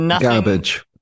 garbage